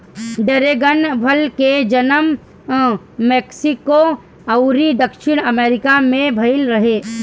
dragon फल के जनम मेक्सिको अउरी दक्षिणी अमेरिका में भईल रहे